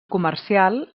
comercial